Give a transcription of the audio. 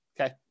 Okay